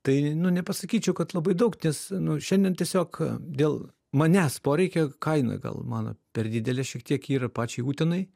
tai nu nepasakyčiau kad labai daug nes nu šiandien tiesiog dėl manęs poreikio kaina gal mano per didelė šiek tiek yra pačiai utenai